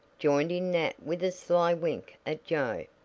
joined in nat with a sly wink at joe.